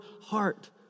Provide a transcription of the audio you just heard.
heart